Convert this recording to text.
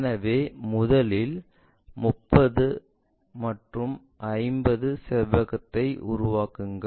எனவே முதலில் 30 ஆல் 50 செவ்வகத்தை உருவாக்குங்கள்